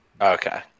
Okay